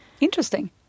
interesting